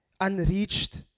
unreached